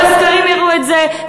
כל הסקרים הראו את זה,